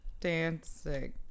dancing